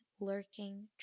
lurking